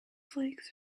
flakes